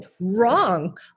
wrong